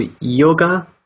yoga